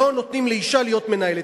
לא נותנים לאשה להיות מנהלת?